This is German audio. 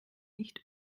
nicht